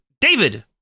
David